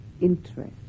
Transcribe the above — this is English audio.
interest